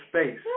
space